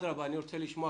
אני רוצה לשמוע